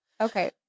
Okay